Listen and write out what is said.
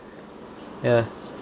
ya